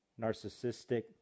narcissistic